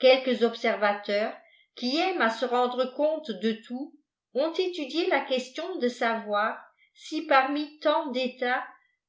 quelqjiies observateurs qui aiment à se rendre compte de tout ont étudié la question de savoir si parmi tant détats